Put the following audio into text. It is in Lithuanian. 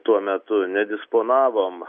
tuo metu nedisponavom